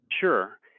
Sure